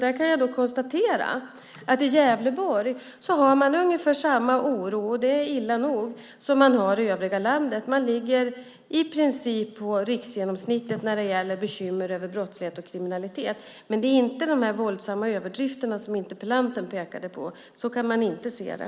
Jag kan då konstatera att man i Gävleborg har ungefär samma oro - och det är illa nog - som man har i övriga landet. Man ligger i princip på riksgenomsnittet när det gäller bekymmer över brottslighet och kriminalitet. Men det är inte de våldsamma överdrifter som interpellanten pekade på. Så kan man inte se det.